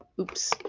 Oops